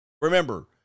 remember